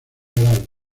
gral